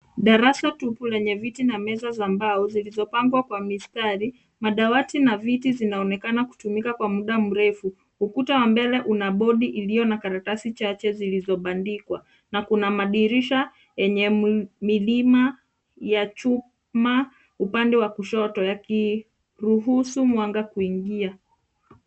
Darasa tupu lenye viti na meza za mbao zilizopangwa kwa mistari. Madawati na viti zinaonekana kutumika kwa muda mrefu. Ukuta wa mbele unabodi ulio na karatasi chache ziliizobandikwa na kuna madirisha yenye milima ya chuma upande wa kushhoto yakiruhusu mwanga kuingia.